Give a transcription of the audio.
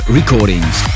recordings